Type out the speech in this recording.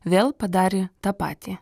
vėl padarė tą patį